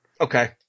okay